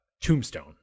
tombstone